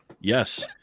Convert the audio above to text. Yes